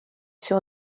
sur